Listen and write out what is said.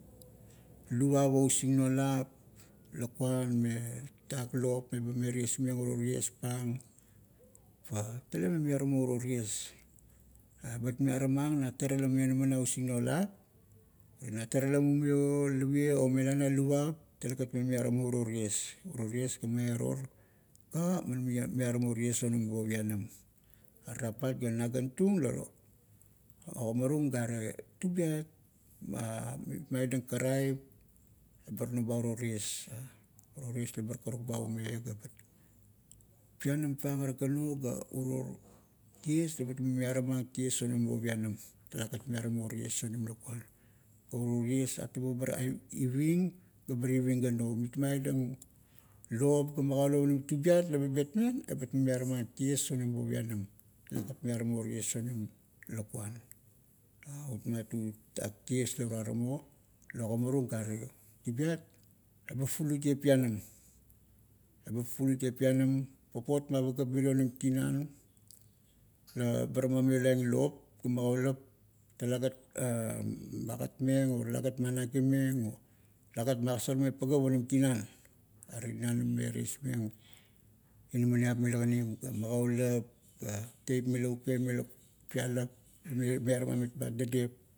Luap o usingnualap, lakuan me tatak lop meba man ties-meng iro tiespang, tale me miaramo iro ties. Bat miaramang na tara la mionama na usingnualap. Na tara la mumio lavie o mela na luap, talegat me miaramo uro ties, uro tiesga maiaro, ga man miaramo ties onim bo pianam. Are rapmat ga nagan tung la ogamarung gare, tubiat ma mitmaidang karaip ebar noba uro ties. uro ties lebar karuk ba ume gat. Pianam pang ara gano ga uro ties labat man miaramang ties onim bo pianam talagat miaramo ties onim lakuan. Uro ties, atabo bar iving gabar iving gano. Mitmaidang lop ga magaulap onim tubiat laba betmeng, ebat man miaramang ties onim bo pianam, talagat miaramo ties onim lakuan. Utmat u tutak ties la tuaramo, la ogamarung gare, tubiat eba fulutieng pianam, eba fulutieng pianam. Papot ma pagap mirie onim tinan, la bar mamiolaing lop ga magaulup ga, teip mila mila uke me pailap la miaramam mitmat dadep.